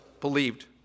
believed